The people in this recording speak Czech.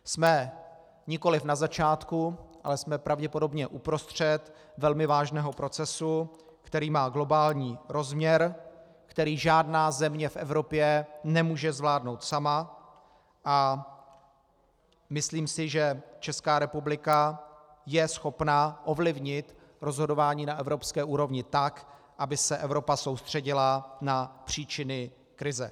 Jsme nikoliv na začátku, ale jsme pravděpodobně uprostřed velmi vážného procesu, který má globální rozměr, který žádná země v Evropě nemůže zvládnout sama, a myslím si, že Česká republika je schopna ovlivnit rozhodování na evropské úrovni tak, aby se Evropa soustředila na příčiny krize.